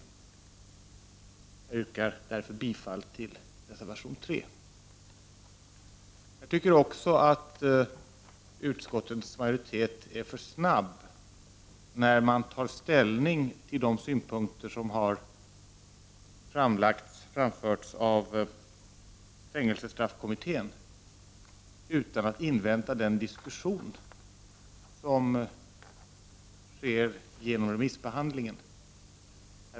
Jag yrkar därför bifall till reservation 3. Jag tycker också att utskottets majoritet går fram för snabbt när man tar ställning till de synpunkter som har framförts av fängelsestraffkommittén utan att invänta den diskussion som sker i och med remissbehandlingen.